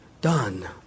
done